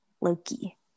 Loki